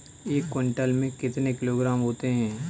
एक क्विंटल में कितने किलोग्राम होते हैं?